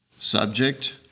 Subject